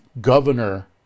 governor